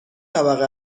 طبقه